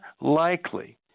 likely